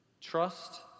trust